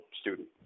student